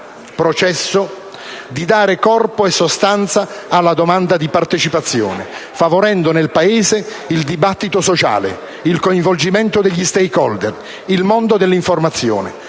processo, di dare corpo e sostanza alla domanda di partecipazione, favorendo nel Paese il dibattito sociale, con il coinvolgimento degli *stakeholder* e del mondo dell'informazione.